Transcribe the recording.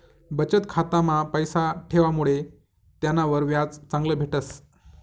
बचत खाता मा पैसा ठेवामुडे त्यानावर व्याज चांगलं भेटस